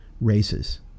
races